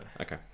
Okay